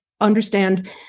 understand